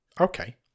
Okay